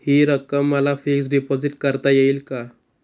हि रक्कम मला फिक्स डिपॉझिट करता येईल का?